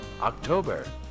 October